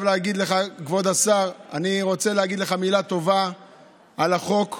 כבוד השר, אני רוצה לומר לך מילה טובה על החוק.